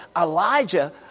Elijah